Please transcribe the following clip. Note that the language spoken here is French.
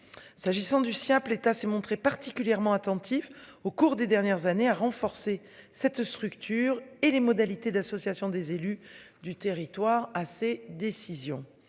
S'agissant du simple État s'est montré particulièrement attentifs au cours des dernières années a renforcé cette structure et les modalités d'associations, des élus du territoire assez décision